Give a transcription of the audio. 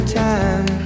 time